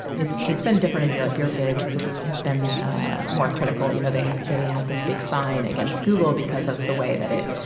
it's it's been different in europe. europe has been ah more critical, you know they had they had this big fine against google because of the way that it